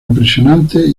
impresionante